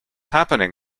happening